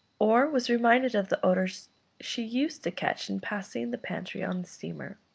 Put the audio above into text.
or was reminded of the odours she used to catch in passing the pantry on the steamer.